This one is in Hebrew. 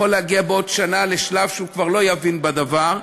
להגיע בעוד שנה לשלב שהוא כבר לא יבין בדבר,